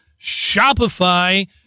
Shopify